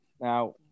Now